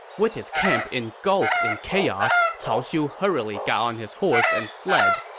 with his camp engulfed in chaos, cao xiu hurriedly got on his horse and fled.